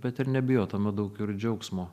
bet ir nebijot tame daug ir džiaugsmo